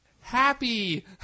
happy